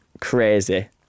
Crazy